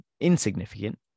insignificant